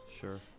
Sure